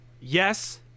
yes